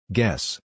Guess